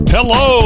Hello